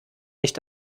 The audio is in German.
nicht